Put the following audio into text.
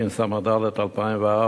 התשס"ה 2004,